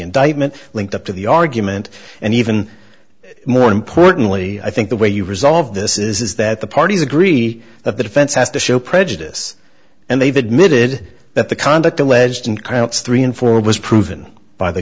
indictment linked up to the argument and even more importantly i think the way you resolve this is that the parties agree that the defense has to show prejudice and they've admitted that the conduct alleged in krauts three and four was proven by the